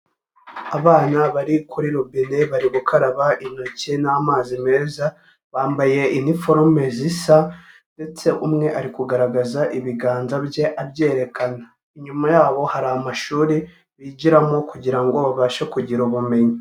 Abana bari kuri robine bari gukaraba intoki n'amazi meza, bambaye iniforume zisa ndetse umwe ari kugaragaza ibiganza bye abyerekana, inyuma yabo hari amashuri bigiramo kugira ngo babashe kugira ubumenyi.